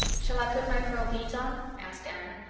shall i put my pearl beads on? asked anne.